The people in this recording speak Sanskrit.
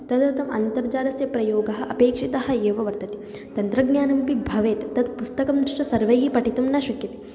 तदर्थम् अन्तर्जालस्य प्रयोगः अपेक्षितः एव वर्तते तन्त्रज्ञानमपि भवेत् तत् पुस्तकं द्रष्टुं सर्वैः पठितुं न शक्यते